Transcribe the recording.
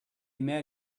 met